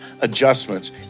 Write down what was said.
adjustments